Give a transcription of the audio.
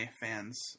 fans